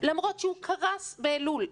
למרות שהוא קרס באלול,